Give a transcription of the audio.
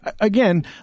again